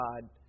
God